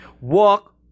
Walk